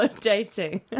dating